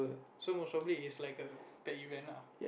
so it's most probably is a pet event ah